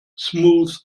smooth